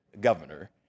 Governor